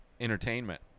entertainment